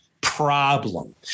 problem